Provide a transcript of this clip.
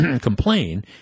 complain